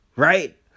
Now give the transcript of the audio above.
Right